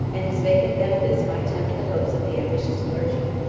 and his vacant benefice might tempt the hopes of the ambitious clergy.